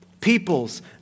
Peoples